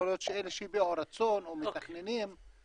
יכול להיות שאלה שהביעו רצון או מתכננים לייצא,